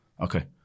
Okay